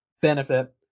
benefit